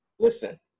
Listen